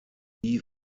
die